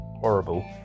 horrible